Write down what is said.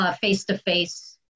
face-to-face